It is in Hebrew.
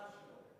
ממש לא.